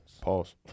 Pause